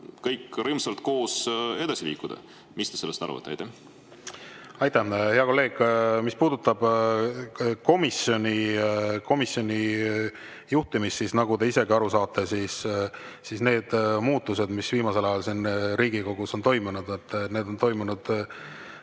kõik rõõmsalt koos edasi liikuda. Mis te sellest arvate? Aitäh, hea kolleeg! Mis puudutab komisjoni juhtimist, siis nagu te isegi aru saate, need muutused, mis viimasel ajal siin Riigikogus on toimunud, on toimunud